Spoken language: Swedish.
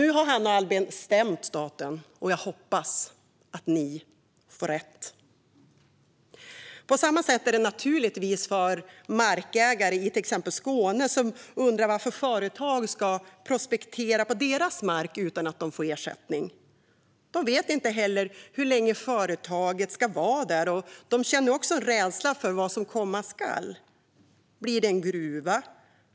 Nu har Hanna och Albin stämt staten, och jag hoppas att ni får rätt! På samma sätt är det naturligtvis för markägare i till exempel Skåne som undrar varför företag ska prospektera på deras mark utan att de får ersättning. De vet inte heller hur länge företaget ska vara där, och de känner en rädsla för vad som komma skall. Blir det en gruva?